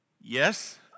yes